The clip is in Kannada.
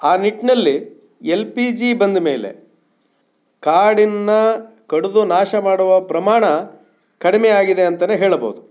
ಆ ನಿಟ್ಟಿನಲ್ಲಿ ಎಲ್ ಪಿ ಜಿ ಬಂದ ಮೇಲೆ ಕಾಡಿನ ಕಡಿದು ನಾಶ ಮಾಡುವ ಪ್ರಮಾಣ ಕಡಿಮೆ ಆಗಿದೆ ಅಂತನೇ ಹೇಳ್ಬೋದು